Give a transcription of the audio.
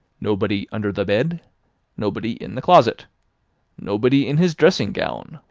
nobody under the bed nobody in the closet nobody in his dressing-gown,